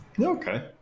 Okay